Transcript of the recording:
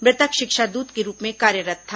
मृतक शिक्षादूत के रूप में कार्यरत् था